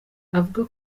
avuga